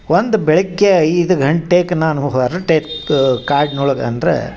ಒಂದು ಬೆಳಗ್ಗೆ ಐದು ಗಂಟೆಗೆ ನಾನು ಹೊರಟೆರ್ಕ್ ಕಾಡ್ನೊಳಗ ಅಂದರೆ